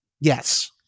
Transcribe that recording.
Yes